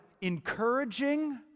encouraging